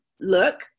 look